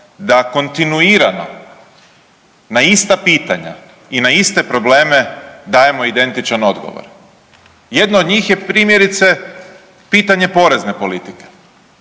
da kontinuirano na ista pitanja i na iste probleme dajemo identičan odgovor? Jedno od njih je, primjerice, pitanje porezne politike